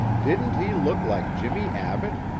didn't he look like jimmie abbott?